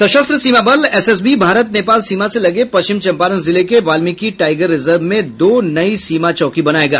सशस्त्र सीमा बल एसएसबी भारत नेपाल सीमा से लगे पश्चिम चंपारण जिले के वाल्मीकि टाइगर रिजर्व में दो नई सीमा चौकी बनायेगा